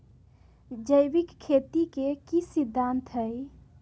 जैविक खेती के की सिद्धांत हैय?